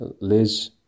Liz